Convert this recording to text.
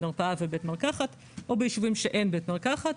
מרפאה ובית מרקחת או ביישובים שאין בית מרקחת,